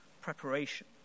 preparation